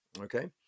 okay